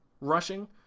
rushing